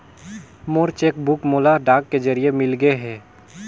मोर cheque book मोला डाक के जरिए मिलगे हे